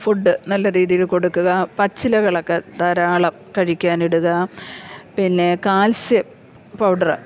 food നല്ല രീതിയിൽ കൊടുക്കുക പച്ചിലകളൊക്കെ ധാരാളം കഴിക്കാൻ ഇടുക പിന്നെ കാൽസ്യം പൗഡറ്